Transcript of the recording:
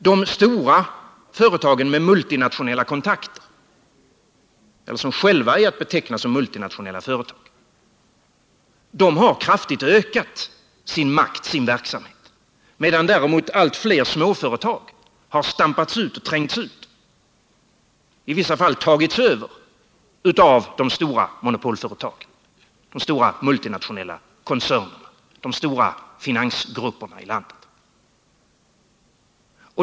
De stora företagen med multinationella kontakter eller sådana som själva är att beteckna som multinationella företag har kraftigt ökat sin makt och sin verksamhet, medan däremot allt flera småföretag har trängts ut, i vissa fall tagits över av de stora monopolföretagen, de stora multinationella koncernerna eller de stora finansgrupperna i landet.